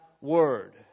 word